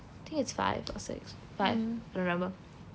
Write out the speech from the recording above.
think it's five or six five remember